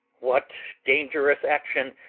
what dangerous action,